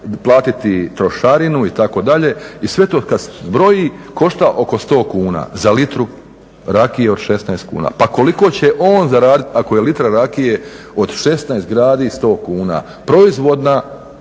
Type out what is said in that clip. i sve to kada se zbroji košta oko 100 kuna za litru rakije od 16 kuna. Pa koliko će on zaraditi ako je litra rakije od 16 gradi 100 kuna? Proizvodna